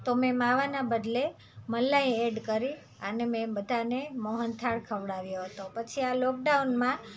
તો મેં માવાના બદલે મલાઈ એડ કરી અને મેં બધાને મોહનથાળ ખવડાવ્યો હતો પછી આ લોકડાઉનમાં